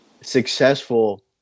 successful